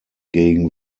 gegen